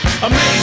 Amazing